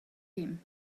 him